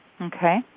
Okay